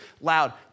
loud